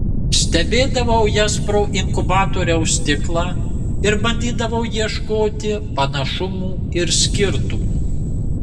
stebėdavau jas pro inkubatoriaus stiklą ir bandydavau ieškoti panašumų ar skirtumų